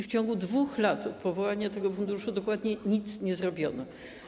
W ciągu 2 lat od powołania tego funduszu dokładnie nic nie zrobiono.